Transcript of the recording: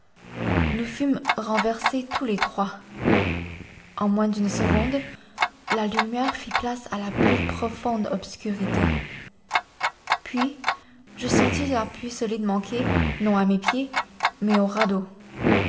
nous fûmes renversés tous les trois en moins d'une seconde la lumière fit place à la plus profonde obscurité puis je sentis l'appui solide manquer non à mes pieds mais au radeau